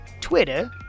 Twitter